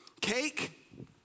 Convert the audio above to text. Cake